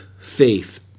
faith